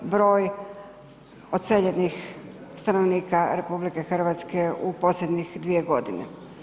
Broj odseljenih stanovnika RH u posljednjih 2 godine.